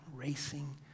racing